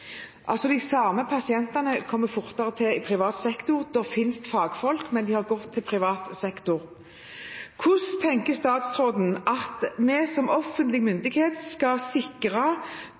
altså de samme pasientene kommer fortere til i privat sektor, det finnes fagfolk, men de har gått til privat sektor. Hvordan tenker statsråden at vi som offentlig myndighet skal sikre